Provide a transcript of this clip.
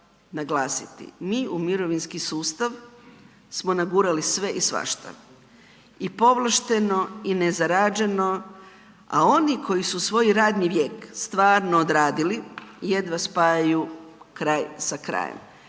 Mi u mirovinski sustav smo nagurali sve i svašta, i povlašteno i nezarađeno, a oni koji su svoj radni vijek stvarno odradili jedva spajaju kraj sa krajem.